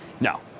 No